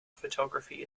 photography